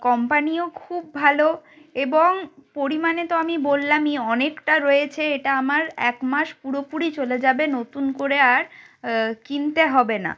কোম্পানিও খুব ভালো এবং পরিমাণে তো আমি বললামই অনেকটা রয়েছে এটা আমার একমাস পুরোপুরি চলে যাবে নতুন করে আর কিনতে হবে না